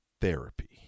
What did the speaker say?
therapy